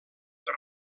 per